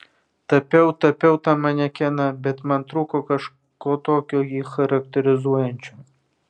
tapiau tapiau tą manekeną bet man trūko kažko tokio jį charakterizuojančio